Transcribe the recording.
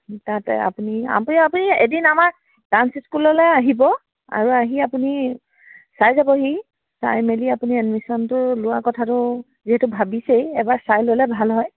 তাত আপুনি আপুনি আপুনি এদিন আমাৰ ডাঞ্চ স্কুললৈ আহিব আৰু আহি আপুনি চাই যাবহি চাই মেলি আপুনি এডমিশ্যনটো লোৱাৰ কথাটো যিহেতু ভাবিছেই এবাৰ চাই ল'লে ভাল হয়